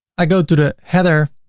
i go to the header